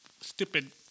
stupid